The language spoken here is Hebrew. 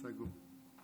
סגור.